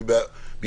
התשפ"א-2020.